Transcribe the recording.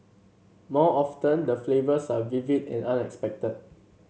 more often the flavours are vivid and unexpected